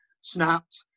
snapped